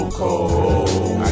cold